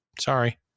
sorry